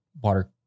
water